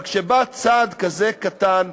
אבל כשבא צעד כזה קטן,